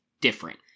different